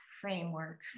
framework